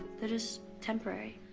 they're just temporary.